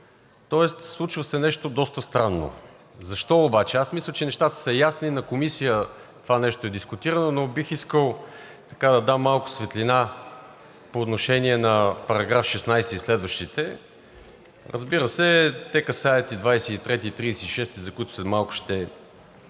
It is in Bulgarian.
Тоест случва се нещо доста странно. Защо? Аз мисля, че нещата са ясни, на Комисията това нещо е дискутирано, но бих искал да дам малко светлина по отношение на § 16 и следващите. Разбира се, те касаят и § 23 и 36, за които след малко ще